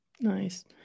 Nice